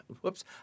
whoops